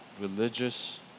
Religious